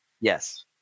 yes